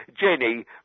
Jenny